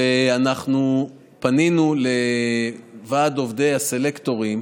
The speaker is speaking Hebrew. ואנחנו פנינו לוועד עובדי הסלקטורים,